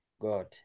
god